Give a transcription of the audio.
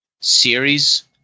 series